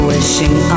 Wishing